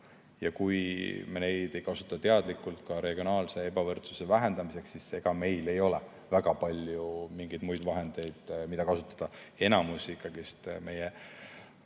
Kui me neid ei kasuta teadlikult ka regionaalse ebavõrdsuse vähendamiseks, siis ega meil ei ole väga palju mingeid muid vahendeid, mida kasutada. Enamik meie